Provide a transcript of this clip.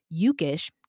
Yukish